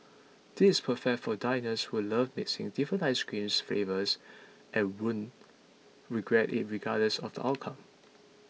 this perfect for diners who love mixing different ice creams flavours and won't regret it regardless of the outcome